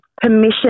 permission